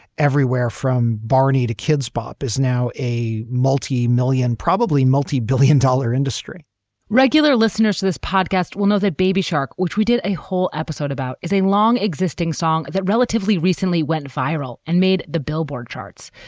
everywhere from barney to kids bop is now a multi-million, probably multi-billion dollar industry regular listeners to this podcast will know that baby shark, which we did a whole episode about, is a long existing song that relatively recently went viral and made the billboard charts.